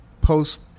post